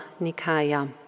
Nikaya